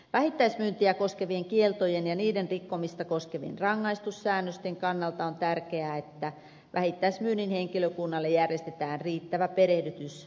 vähittäismyyntiä koskevien kieltojen ja niiden rikkomista koskevien rangaistussäännösten kannalta on tärkeää että vähittäismyynnin henkilökunnalle järjestetään riittävä perehdytys vaatimuksiin